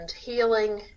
healing